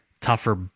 tougher